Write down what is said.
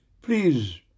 Please